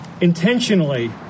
intentionally